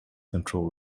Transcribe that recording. control